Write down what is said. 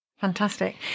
Fantastic